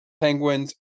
Penguins